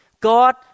God